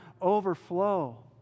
overflow